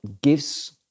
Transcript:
gives